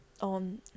on